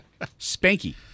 spanky